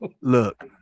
Look